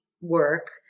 work